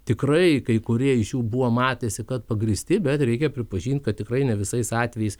tikrai kai kurie iš jų buvo matėsi kad pagrįsti bet reikia pripažinti kad tikrai ne visais atvejais